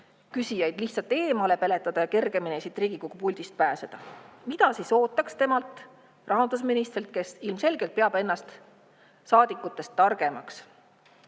küsijaid eemale peletada ja kergemini siit Riigikogu puldist pääseda. Mida me siis ootame temalt, rahandusministrilt, kes ilmselgelt peab ennast saadikutest targemaks?